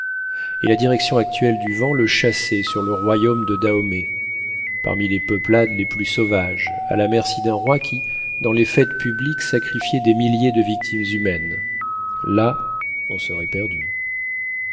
et la direction actuelle du vent le chassait sur le royaume de dahomey parmi les peuplades les plus sauvages à la merci d'un roi qui dans les fêtes publiques sacrifiait des milliers de victimes humaines là on serait perdu